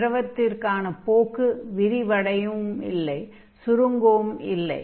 திரவத்திற்கான போக்கு விரிவடையவும் இல்லை சுருங்கவும் இல்லை